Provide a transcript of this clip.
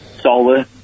solar